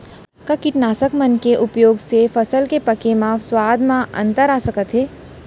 का कीटनाशक मन के उपयोग से फसल के पके म स्वाद म अंतर आप सकत हे?